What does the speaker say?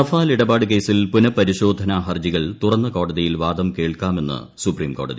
ന് റഫാൽ ഇടപാട്ട് കേസ്റ്റിൽ പുനഃപരിശോധനാ ഹർജികൾ തുറന്ന കോടതിയിൽ വാദം കേൾക്കാമെന്ന് സുപ്രീംകോടതി